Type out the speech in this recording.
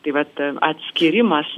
tai vat atskyrimas